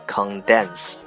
Condense